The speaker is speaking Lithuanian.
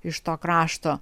iš to krašto